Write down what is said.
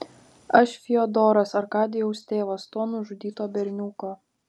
aš fiodoras arkadijaus tėvas to nužudyto berniuko